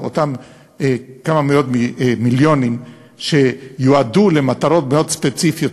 אותם כמה מאות מיליונים שיועדו למטרות מאוד ספציפיות,